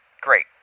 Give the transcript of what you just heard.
Great